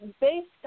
based